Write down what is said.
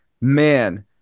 man